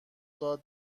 داد